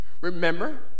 Remember